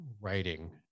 writing